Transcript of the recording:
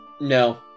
No